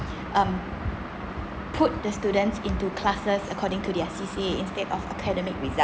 um put the student into classes according to their C_C_A instead of academic result